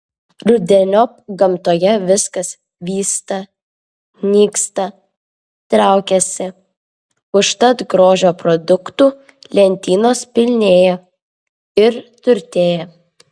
rudeniop gamtoje viskas vysta nyksta traukiasi užtat grožio produktų lentynos pilnėja ir turtėja